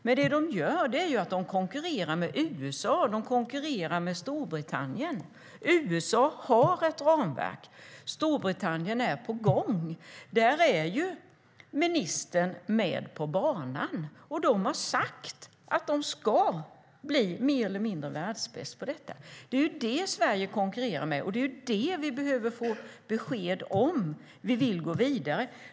Men de konkurrerar med USA och med Storbritannien. USA har ett ramverk, och Storbritannien är på gång. Där är ministern med på banan. Och de har sagt att de ska bli mer eller mindre världsbäst på detta. Det är det Sverige konkurrerar med, och det är om det vi behöver få besked om vi vill gå vidare.